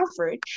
average